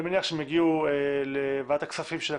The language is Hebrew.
מניח שהן יגיעו לוועדת הכספים של הכנסת,